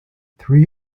three